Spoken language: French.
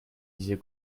disait